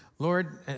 Lord